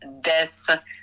death